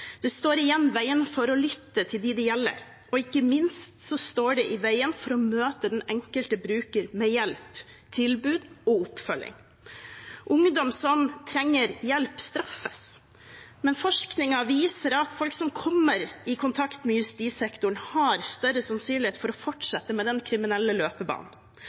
Det står igjen i veien for å lytte til dem det gjelder, og ikke minst står det i veien for å møte den enkelte bruker med hjelp, tilbud og oppfølging. Ungdom som trenger hjelp, straffes, men forskningen viser at folk som kommer i kontakt med justissektoren, har større sannsynlighet for å fortsette med den kriminelle løpebanen.